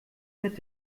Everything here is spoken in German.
mit